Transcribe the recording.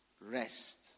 rest